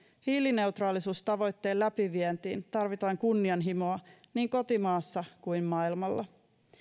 hiilineutraalisuustavoitteen läpivientiin tarvitaan kunnianhimoa niin kotimaassa kuin maailmalla